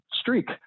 streak